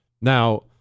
now